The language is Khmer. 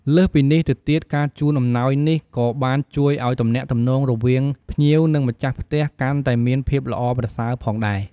លើសពីនេះទៅទៀតការជូនអំណោយនេះក៏បានជួយឲ្យទំនាក់ទំនងរវាងភ្ញៀវ និងម្ចាស់ផ្ទះកាន់តែមានភាពល្អប្រសើរផងដែរ។